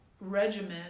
regimen